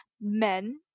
men